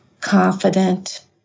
confident